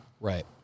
Right